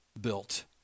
built